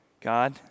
God